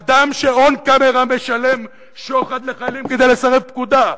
אדם ש-on camera משלם שוחד לחיילים כדי לסרב פקודה,